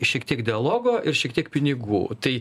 šiek tiek dialogo ir šiek tiek pinigų tai